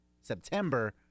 September